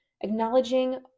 acknowledging